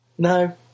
No